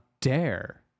dare